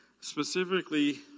specifically